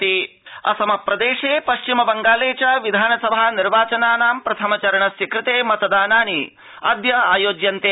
मतदानम् असम प्रदेशे पश्चिम बंगाले च विधानसभा निर्वाचनानां प्रथम चरणस्य कृते मतदानानि अद्य समायोज्यन्ते